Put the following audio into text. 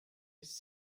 his